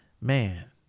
Man